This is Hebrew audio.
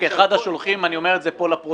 כאחד השולחים אנחנו אומר את זה פה לפרוטוקול.